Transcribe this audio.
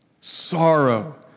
sorrow